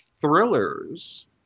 Thrillers